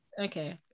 Okay